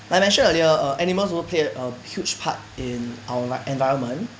I mentioned earlier err animals also play a huge part in our environment